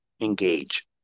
engage